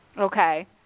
okay